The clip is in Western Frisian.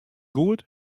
goed